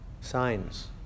Signs